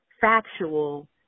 factual